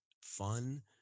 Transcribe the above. fun